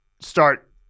start